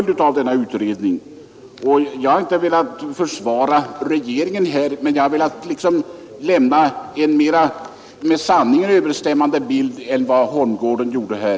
Jag har inte här velat försvara regeringen, men jag har velat lämna en bild som mera överensstämmer med verkligheten än den som herr Johansson i Holmgården målade upp.